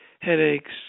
headaches